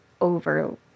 over